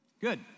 Good